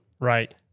Right